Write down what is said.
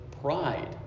pride